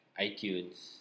iTunes